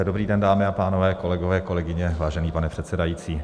Dobrý den, dámy a pánové, kolegové, kolegyně, vážený pane předsedající.